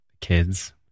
kids